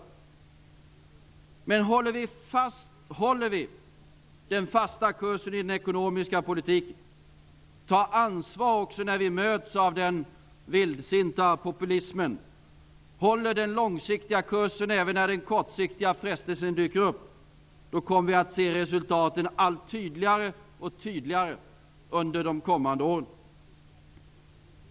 Om vi håller den fasta kursen i den ekonomiska politiken, tar ansvar när vi möts av den vildsinta populismen, håller den långsiktiga kursen även när den kortsiktiga frestelsen dyker upp, då kommer vi att se resultaten allt tydligare under de kommande åren.